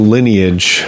Lineage